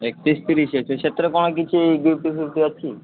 ଏକତିରିଶ ତିରିଶ ଅଛି ସେଥିରେ କଣ କିଛି ଗିଫ୍ଟଫିଫ୍ଟ ଅଛି